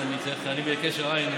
אני בקשר עין,